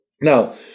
Now